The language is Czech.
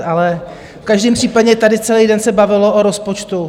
Ale v každém případě tady celý den se bavilo o rozpočtu.